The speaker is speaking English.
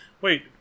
wait